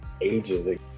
ages